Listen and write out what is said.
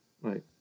right